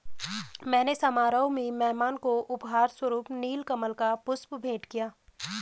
मैंने समारोह में मेहमान को उपहार स्वरुप नील कमल का पुष्प भेंट किया